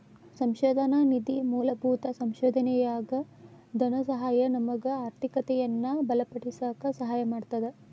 ಸಂಶೋಧನಾ ನಿಧಿ ಮೂಲಭೂತ ಸಂಶೋಧನೆಯಾಗ ಧನಸಹಾಯ ನಮಗ ಆರ್ಥಿಕತೆಯನ್ನ ಬಲಪಡಿಸಕ ಸಹಾಯ ಮಾಡ್ತದ